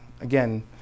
again